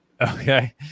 Okay